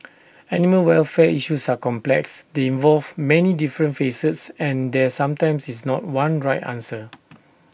animal welfare issues are complex they involve many different facets and there sometimes is not one right answer